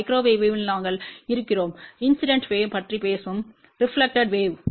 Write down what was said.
மைக்ரோவேவில் நாங்கள் இருக்கிறோம் இன்சிடென்ட்ம் வேவ் பற்றி பேசும் ரெப்லக்டெட் வேவ்